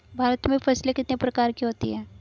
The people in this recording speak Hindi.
भारत में फसलें कितने प्रकार की होती हैं?